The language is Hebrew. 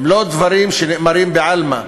הם לא דברים שנאמרים בעלמא,